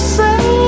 say